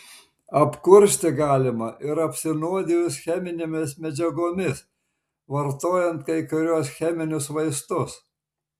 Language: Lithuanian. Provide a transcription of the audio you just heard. apkursti galima ir apsinuodijus cheminėmis medžiagomis vartojant kai kuriuos cheminius vaistus